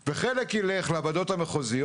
אם לא היו סבסודים כמו של דירות בהנחה במתכונות השונות.